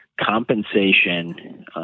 compensation